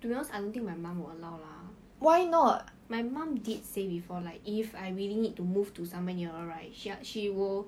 because I don't think my mum will allow lah my mum did say before like if I really need to move to somewhere nearer right she will